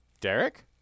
Derek